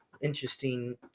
interesting